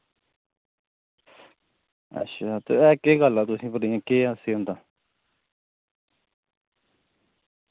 अच्छा ते है केह् गल्ल ऐ तुसें पर इ'य्यां केह् सेही होंदा